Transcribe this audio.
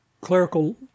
clerical